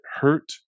hurt